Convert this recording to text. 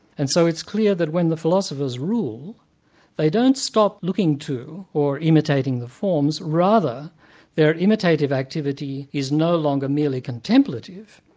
and so it's clear that when the philosophers rule they don't stop looking to, or imitating the forms, rather their imitated activity is no longer merely contemplative,